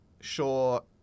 sure